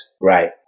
Right